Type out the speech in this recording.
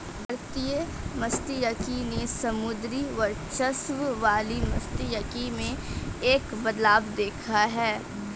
भारतीय मात्स्यिकी ने समुद्री वर्चस्व वाली मात्स्यिकी में एक बदलाव देखा है